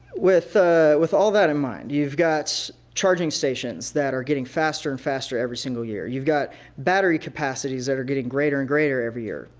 with ah with all that in mind, you've got charging stations that are getting faster and faster every single year. you've got battery capacities that are getting greater and greater every year.